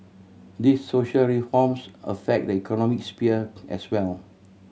these social reforms affect the economic sphere as well